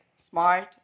smart